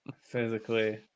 Physically